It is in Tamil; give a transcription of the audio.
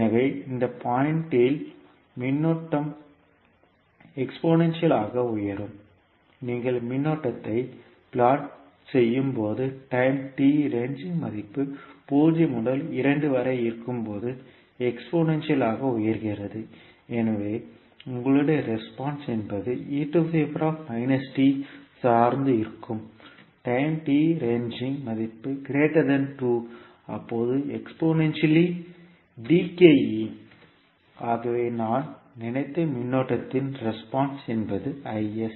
எனவே இந்தப் பாயிண்ட் இல் மின்னோட்டம் எக்ஸ்போனென்சியல் ஆக உயரும் நீங்கள் மின்னோட்டத்தை பிளாட் செய்யும் போது டைம் t ரேஞ்சிங் மதிப்பு 0 முதல் 2 வரை இருக்கும் போது எக்ஸ்போனென்சியல் ஆக உயர்கிறது எனவே உங்களுடைய ரெஸ்பான்ஸ் என்பது சார்ந்து இருக்கும் டைம் t ரேஞ்சிங் மதிப்பு கிரேட்ட்டர் தன் 2 அப்போது எக்ஸ்போனென்சியல்லி டிக்கிங் ஆகவே நான் நினைத்த மின்னோட்டத்தின் ரெஸ்பான்ஸ் என்பது Is